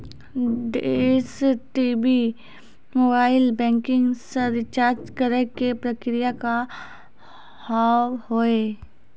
Dish TV mobile banking से recharge करे के प्रक्रिया का हाव हई?